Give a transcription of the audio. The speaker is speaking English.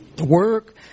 Work